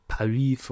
Paris